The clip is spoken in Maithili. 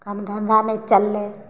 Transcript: काम धन्धा नहि चललै